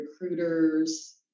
recruiters